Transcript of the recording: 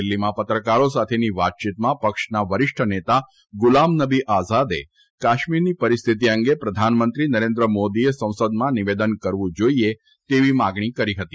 દિલ્હીમાં પત્રકારો સાથેની વાતચીતમાં પક્ષના વરિષ્ઠ નેતા ગુલામ નબી આઝાદે કાશ્મીરની પરિસ્થતિ અંગે પ્રધાનમંત્રી નરેન્દ્ર મોદીએ સંસદમાં નિવેદન કરવું જાઇએ તેવી માંગણી કરી હતી